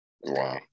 Wow